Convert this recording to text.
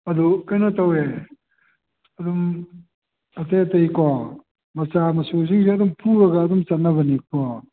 ꯑꯗꯨ ꯀꯩꯅꯣ ꯇꯧꯋꯦ ꯑꯗꯨꯝ ꯑꯇꯩ ꯑꯇꯩꯀꯣ ꯃꯆꯥ ꯃꯁꯨꯁꯤꯡꯁꯨ ꯄꯨꯔꯒ ꯑꯗꯨꯝ ꯆꯠꯅꯕꯅꯤꯀꯣ